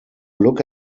look